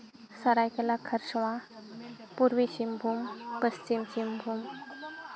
ᱥᱟᱹᱨᱟᱹᱭᱠᱮᱞᱟ ᱠᱷᱟᱨᱥᱟᱣᱟ ᱯᱩᱨᱵᱤ ᱥᱤᱝᱵᱷᱩᱢ ᱯᱚᱥᱪᱤᱢ ᱥᱤᱝᱵᱷᱩᱢ